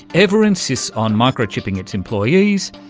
ever insists on microchipping its employees,